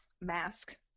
mask